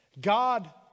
God